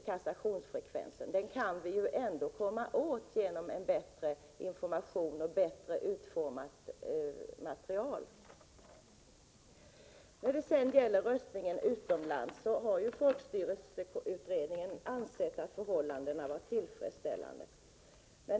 Kassationsfrekvensen kan vi ju ändå göra någonting åt genom en bättre information och bättre utformat material. När det sedan gäller röstningen utomlands vill jag säga att folkstyrelsekommittén har ansett att förhållandena var tillfredsställande.